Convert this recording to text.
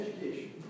education